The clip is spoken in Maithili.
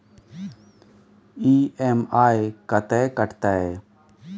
ई.एम.आई कत्ते लगतै?